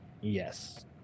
Yes